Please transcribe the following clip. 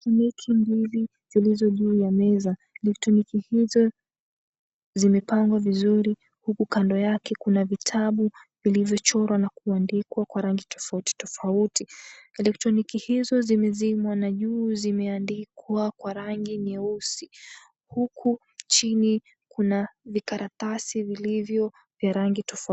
Samaki mbili zilizo juu ya meza. Samaki hizo zimepangwa vizuri. Huku kando yake kuna vitabu zilizochorwa na kuandikwa kwa rangi tofauti tofauti. Elektroniki hizo zimezimwa na juu zimeandikwa kwa rangi nyeusi. Huku chini kuna vikaratasi vilivyo vya rangi tofauti.